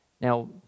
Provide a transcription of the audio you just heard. Now